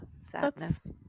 sadness